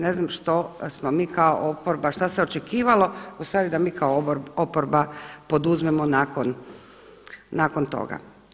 Ne znam što smo mi kao oporba, što se očekivalo ustvari da mi kao oporba poduzmemo nakon toga?